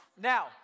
Now